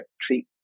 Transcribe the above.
treat